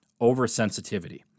Oversensitivity